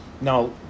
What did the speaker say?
Now